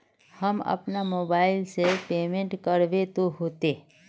हम अपना मोबाईल से पेमेंट करबे ते होते?